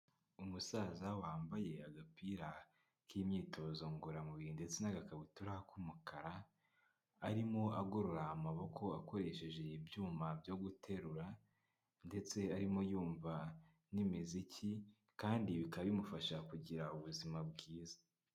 Umusaza wambaye agapira k'imyitozo ngororamubiri ndetse n'agakabutura k'umukara, arimo agorora amaboko akoresheje ibyuma byo guterura ndetse arimo yumva n'imiziki, kandi bikaba bimufasha kugira ubuzima bwiza.